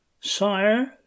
sire